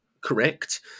correct